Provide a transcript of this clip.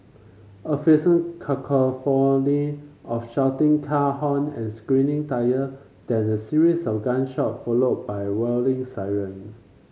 a fearsome cacophony of shouting car horn and screeching tyre then a series of gunshot followed by wailing siren